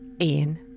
Ian